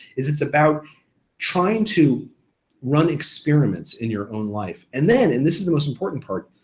is it's about trying to run experiments in your own life and then, and this is the most important part,